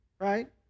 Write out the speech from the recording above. right